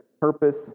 purpose